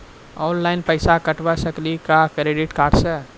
Online पैसा कटवा सकेली का क्रेडिट कार्ड सा?